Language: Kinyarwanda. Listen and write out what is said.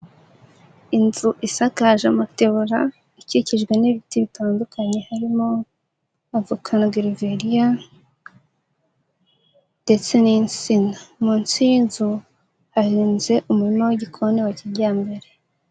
Inzu isakaje amategura ikikijwe n'ibiti bitandukanye, harimo avoka na gereveriya ndetse n'insina, munsi y'inzu hahinze umurima w'igikoni wa kijyambere.